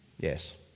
Yes